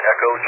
Echo